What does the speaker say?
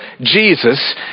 Jesus